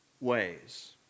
ways